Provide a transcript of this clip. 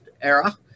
era